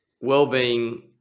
well-being